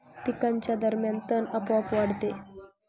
पिकांच्या दरम्यान तण आपोआप वाढते